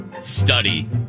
study